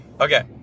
Okay